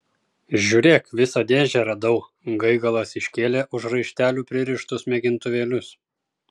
žiūrėk visą dėžę radau gaigalas iškėlė už raištelių pririštus mėgintuvėlius